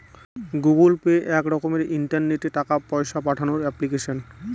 Google Pay এক রকমের ইন্টারনেটে টাকা পয়সা পাঠানোর এপ্লিকেশন